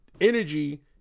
energy